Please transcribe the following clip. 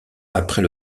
après